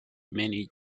many